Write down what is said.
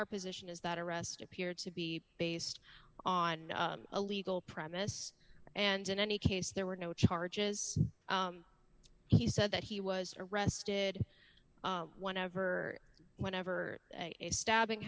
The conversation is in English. our position is that arrest appeared to be based on a legal premise and in any case there were no charges he said that he was arrested whatever whenever a stabbing